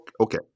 Okay